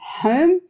home